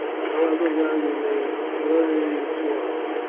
however well you may learn the swamps,